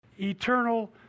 eternal